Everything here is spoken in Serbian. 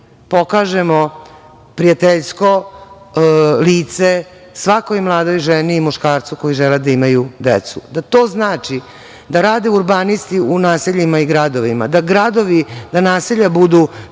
pokažemo prijateljsko lice svakoj mladoj ženi i muškarcu koji žele da imaju decu. Da to znači da rade urbanisti u naseljima i gradovima, da gradovi, da